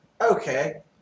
Okay